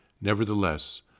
Nevertheless